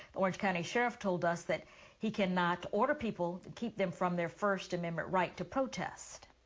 orange county sheriff told us that he cannot order people to keep them from their first amendment right to protest.